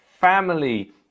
family